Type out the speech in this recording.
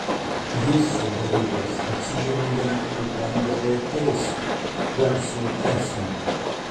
jis sudarytas atsižvelgiant į bendrąją teisę verslo esmę